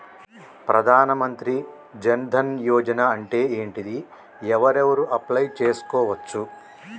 ప్రధాన మంత్రి జన్ ధన్ యోజన అంటే ఏంటిది? ఎవరెవరు అప్లయ్ చేస్కోవచ్చు?